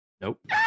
Nope